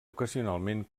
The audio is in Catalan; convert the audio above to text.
ocasionalment